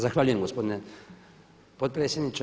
Zahvaljujem gospodine potpredsjedniče.